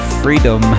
freedom